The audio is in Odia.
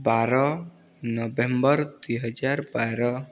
ବାର ନଭେମ୍ବର ଦୁଇହଜାର ବାର